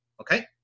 Okay